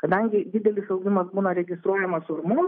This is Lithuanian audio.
kadangi didelis augimas būna registruojamas urmu